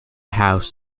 house